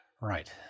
Right